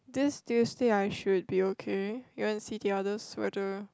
this Tuesday I should be okay you want see the others whether